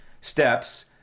steps